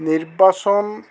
নিৰ্বাচন